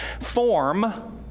form